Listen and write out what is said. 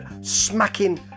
smacking